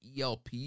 ELP